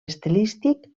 estilístic